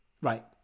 Right